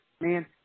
man